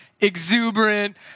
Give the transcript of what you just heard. exuberant